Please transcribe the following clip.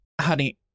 Honey